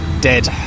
Dead